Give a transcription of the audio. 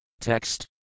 Text